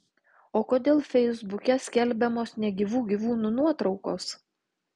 o kodėl feisbuke skelbiamos negyvų gyvūnų nuotraukos